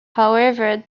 however